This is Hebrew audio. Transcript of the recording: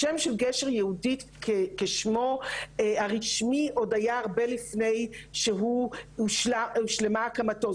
השם של גשר יהודית כשמו הרשמי עוד היה לפני שהושלמה הקמתו,